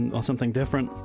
and or something different.